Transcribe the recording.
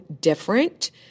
different